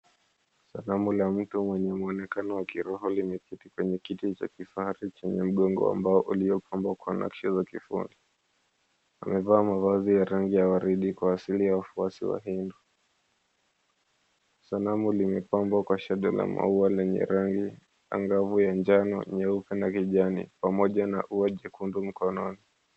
Sanamu la mtu mwenye muonekano ya kiroho kimejikita kwenye kiti cha kifahari chenye mgongo ambao liyopambwa kwa nakshi ya kishua. Amevaa mavazi ya rangi ya waridi kuashiria wafuasi wake wahindu. Sanamu kimepangwa kwa shada la maua lenye rangi angavu ya njano, nyeupe na kijani pamoja na ua jekundu mkononi.